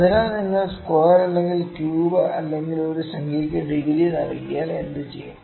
അതിനാൽ നിങ്ങൾ സ്ക്വയർ അല്ലെങ്കിൽ ക്യൂബ് അല്ലെങ്കിൽ ഒരു സംഖ്യയ്ക്ക് ഡിഗ്രി നൽകിയാൽ എന്തുചെയ്യും